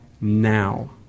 now